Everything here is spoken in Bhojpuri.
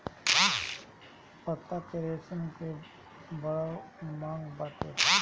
पत्ता के रेशा कअ बड़ा मांग बाटे